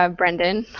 um brendan.